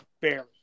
Barely